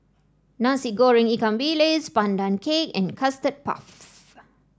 Nasi Goreng Ikan Bilis Pandan Cake and Custard Puff